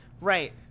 Right